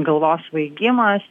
galvos svaigimas